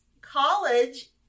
College